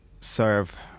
serve